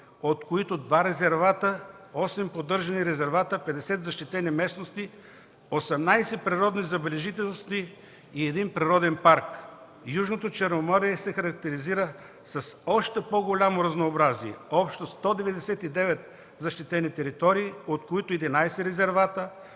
от които два резервата, осем поддържани резервата, 50 защитени местности, 18 природни забележителности и един природен парк. Южното Черноморие се характеризира с още по-голямо разнообразие – общо 199 защитени територии, от които 11 резервата,